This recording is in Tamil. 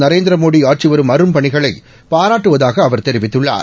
நரேந்திர மோடி ஆற்றிவரும் அரும்பணிகளை பாராட்டுவதாக தெரிவித்துள்ளார்